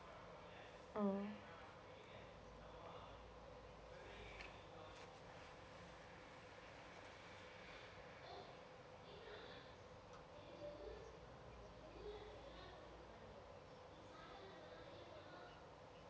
mm